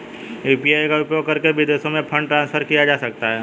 UPI का उपयोग करके विदेशों में फंड ट्रांसफर किया जा सकता है?